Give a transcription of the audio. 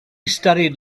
studied